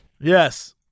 yes